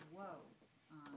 Whoa